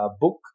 book